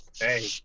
hey